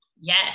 Yes